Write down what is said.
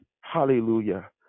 Hallelujah